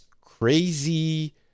crazy